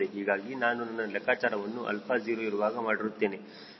ಹೀಗಾಗಿ ನಾನು ನನ್ನ ಲೆಕ್ಕಾಚಾರವನ್ನು 𝛼 0 ಇರುವಾಗ ಮಾಡಿರುತ್ತೇನೆ